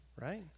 Right